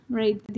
right